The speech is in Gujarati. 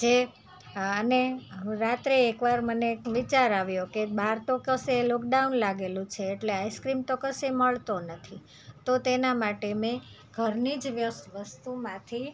જે અને રાત્રે એક વાર મને એક વિચાર આવ્યો કે બહાર તો કશે લોકડાઉન લાગેલું છે એટલે આઈસ્ક્રીમ તો કશે મળતો નથી તો તેના માટે મેં ઘરની જ વસ્તુમાંથી